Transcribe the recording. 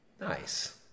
Nice